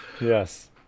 Yes